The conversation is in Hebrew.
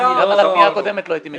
גם על הפנייה הקודמת לא הייתי מגיש רביזיה.